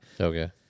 Okay